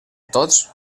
tots